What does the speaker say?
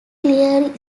clearly